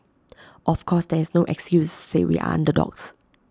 of course there is no excuses to say we are underdogs